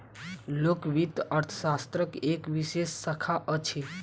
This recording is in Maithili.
लोक वित्त अर्थशास्त्रक एक विशेष शाखा अछि